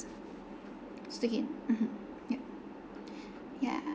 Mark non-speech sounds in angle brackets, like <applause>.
it's okay mmhmm yup <breath> yeah